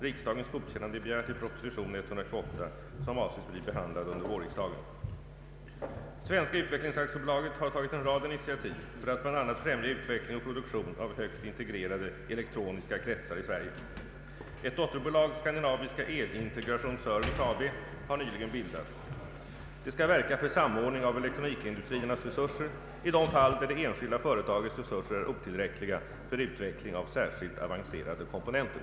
Riksdagens godkännande är begärt i prop. 128 som avses bli behandlad under vårriksdagen. Svenska utvecklings AB har tagit en rad initiativ för att bl.a. främja utveckling och produktion av högt integrerade elektroniska kretsar i Sverige. Ett dotterbolag, Skandinaviska el-integrations service AB, har nyligen bildats. Det skall verka för samordning av elektronikindustriernas resurser i de fall där det enskilda företagets resurser är otillräckliga för utveckling av särskilt avancerade komponenter.